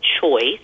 choice